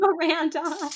Miranda